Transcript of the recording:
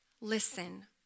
Listen